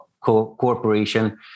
Corporation